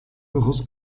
ojos